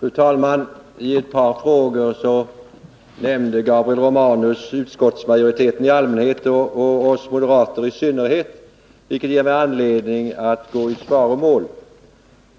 Fru talman! I ett par frågor nämnde Gabriel Romanus utskottsmajoriteten i allmänhet och oss moderater i synnerhet, vilket ger mig anledning att gå i svaromål.